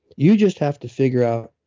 you just have to figure out,